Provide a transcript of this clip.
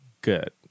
good